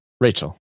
Rachel